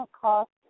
cost